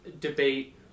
debate